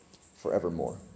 forevermore